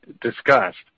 discussed